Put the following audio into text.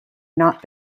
not